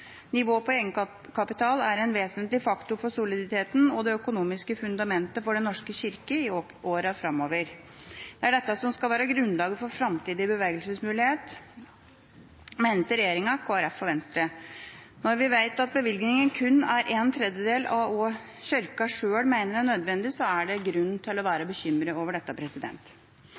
Nivået på egenkapital er en vesentlig faktor for soliditeten og det økonomiske fundamentet for Den norske kirke i årene framover. Det er dette som skal være grunnlag for framtidig bevegelsesmulighet, mente regjeringa, Kristelig Folkeparti og Venstre. Når vi vet at bevilgningen kun er en tredel av hva kirka selv mener er nødvendig, er det grunn til å være bekymret over dette.